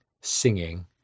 singing